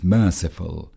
merciful